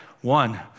One